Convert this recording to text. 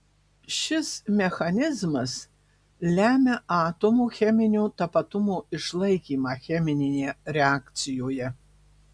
šis mechanizmas lemia atomo cheminio tapatumo išlaikymą cheminėje reakcijoje